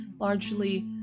largely